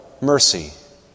mercy